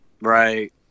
right